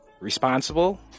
responsible